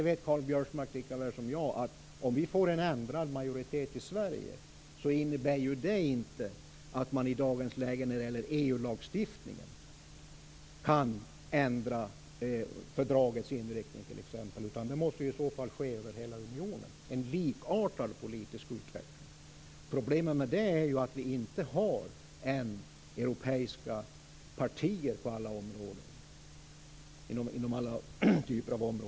Karl-Göran Biörsmark vet lika väl som jag att om det blir en ändrad majoritet i Sverige, innebär det inte att det går att ändra fördragets inriktning inom EU lagstiftningen. Det måste i så fall ske en likartad politisk utveckling i hela unionen. Problemet är att det inte finns europeiska partier på alla områden.